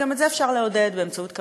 וגם את זה אפשר לעודד באמצעות קמפיינים,